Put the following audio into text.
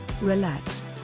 relax